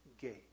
gate